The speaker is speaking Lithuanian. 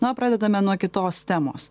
na o pradedame nuo kitos temos